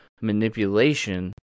manipulation